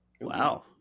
Wow